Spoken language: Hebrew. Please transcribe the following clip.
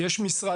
יש את